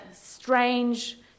strange